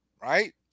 right